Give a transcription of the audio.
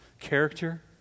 character